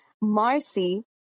Marcy